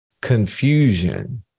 confusion